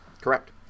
Correct